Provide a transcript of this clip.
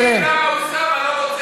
אני מבין למה אוסאמה לא רוצה ערכי יסוד,